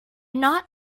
not